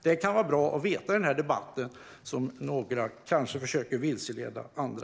Det kan vara bra att veta i en debatt där några kanske försöker vilseleda andra.